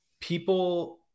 people